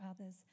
others